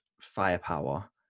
firepower